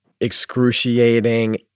excruciating